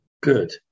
Good